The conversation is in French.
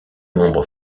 membre